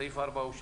סעיף 4 אושר.